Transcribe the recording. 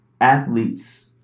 athletes